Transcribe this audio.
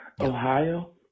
Ohio